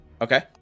okay